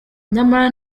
nyamara